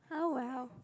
how well